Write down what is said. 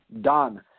done